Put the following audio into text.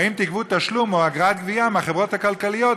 האם תגבו תשלום או אגרת גבייה מהחברות הכלכליות